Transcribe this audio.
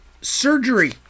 surgery